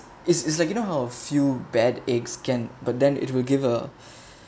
it's it's like you know how few bad eggs can but then it will give her